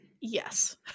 yes